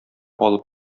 алып